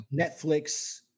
Netflix